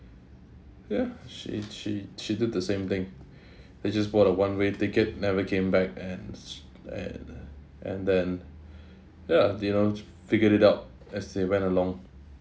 ya she she she did the same thing they just bought a one-way ticket never came back and sh~ and and then ya you know figured it out as they went along